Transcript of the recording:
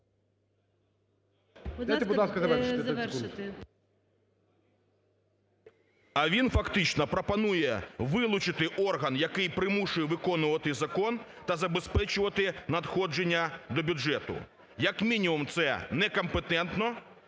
А він фактично пропонує вилучити орган, який примушує виконувати закон та забезпечувати надходження до бюджету. Як мінімум це не компетентно,